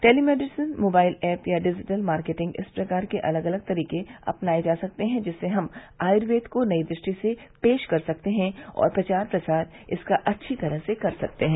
टेती medicine mobile app या digital marketing इस प्रकार के अलग अलग तरीके अपनाए जा सकते हैं जिससे हम आयुर्वेद को नई दृष्टि से पेश कर सकते हैं और प्रचार प्रसार इसका अच्छी तरह कर सकते हैं